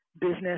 business